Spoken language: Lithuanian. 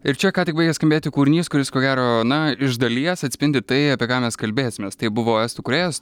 ir čia ką tik baigė skambėti kūrinys kuris ko gero na iš dalies atspindi tai apie ką mes kalbėsimės tai buvo estų kūrėjas